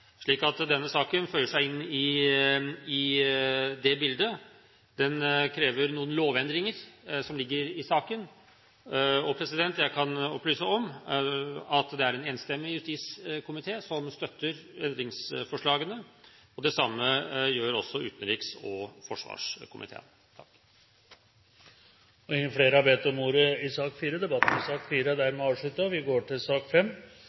Denne saken føyer seg inn i det bildet. Den krever noen lovendringer som ligger i saken. Jeg kan opplyse om at det er en enstemmig justiskomité som støtter endringsforslagene. Det samme gjør også utenriks- og forsvarskomiteen. Flere har ikke bedt om ordet til sak